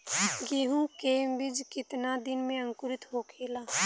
गेहूँ के बिज कितना दिन में अंकुरित होखेला?